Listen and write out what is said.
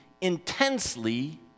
intensely